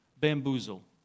bamboozle